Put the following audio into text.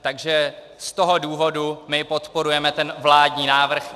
Takže z toho důvodu my podporujeme ten vládní návrh.